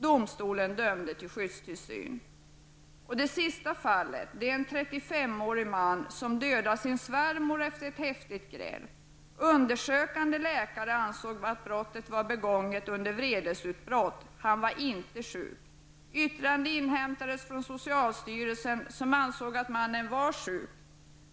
Domstolen dömde till skyddstillsyn. Det sista fallet som jag vill ta upp handlar om en 35 årig man som dödade sin svärmor efter ett häftigt gräl. Undersökande läkare ansåg att brottet var begånget under vredesutbrott, men att han inte var sjuk. Yttrande inhämtades från socialstyrelsen, där man ansåg att mannen var sjuk.